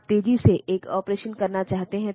तो इसे operation code कहा जाता है